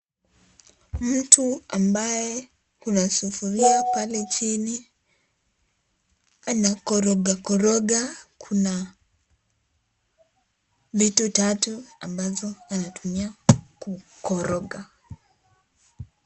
Mtu ambaye kuna sufuria pale chini, anakoroga koroga, kuna vitu tatu ambazo anatumia kukoroga.